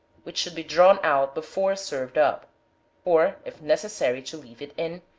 which should be drawn out before served up or, if necessary to leave it in,